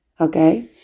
Okay